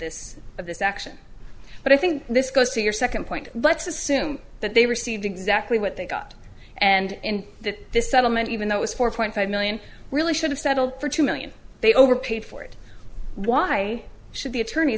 this of this action but i think this goes to your second point let's assume that they received exactly what they got and in this settlement even though it was four point five million really should have settled for two million they overpaid for it why should the attorney